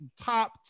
top